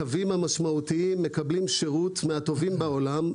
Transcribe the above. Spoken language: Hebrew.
הקווים המשמעותיים מקבלים שירות מהטובים בעולם.